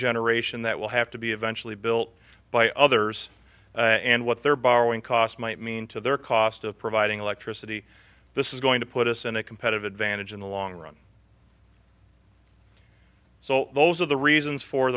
generation that will have to be eventually built by others and what their borrowing cost might mean to their cost of providing electricity this is going to put us in a competitive advantage in the long run so those are the reasons for